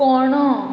पोणो